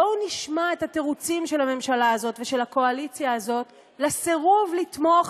בואו נשמע את התירוצים של הממשלה הזאת ושל הקואליציה הזאת לסירוב לתמוך